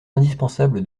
indispensable